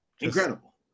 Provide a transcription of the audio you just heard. Incredible